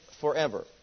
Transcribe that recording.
forever